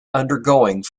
undergoing